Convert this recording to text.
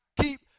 keep